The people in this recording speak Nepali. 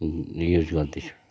युज गर्दैछु